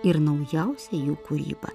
ir naujausią jų kūrybą